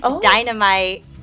Dynamite